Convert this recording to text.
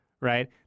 right